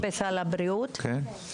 זה מופיע בסל הבריאות, כן.